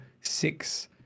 six